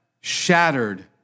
shattered